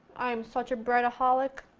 i am such a bread-aholic.